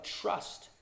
trust